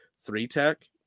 three-tech